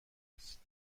است